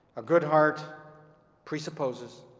a good heart presupposes